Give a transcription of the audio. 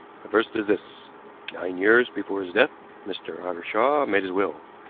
the first is this nine years before his death mr. ottershaw made his will,